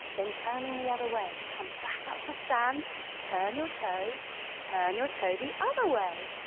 then turning the other way, come back up to stand turn your toe turn your toe the other way,